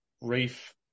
Rafe